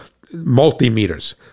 multimeters